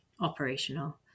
operational